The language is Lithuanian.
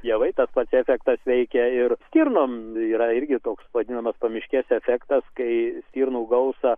javai tas pats efektas veikia ir stirnom yra irgi toks vadinamas pamiškės efektas kai stirnų gausą